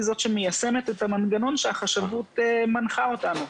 היא מיישמת את המנגנון שהחשבות מנחה אותנו.